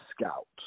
scout